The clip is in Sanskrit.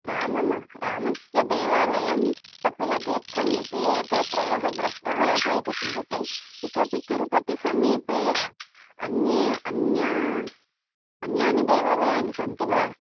राम रामस्य देवालयम् कपिलतीर्थम् इति एते त्रयः द्रष्टव्याः इति चिन्तितम् इतोऽपि तिरुपतिसमीपे अन्ये अन्या अन्यानि देवालयानि सन्ति वा